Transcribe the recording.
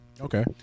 Okay